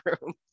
room